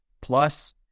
Plus